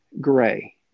gray